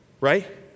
right